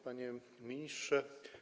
Panie Ministrze!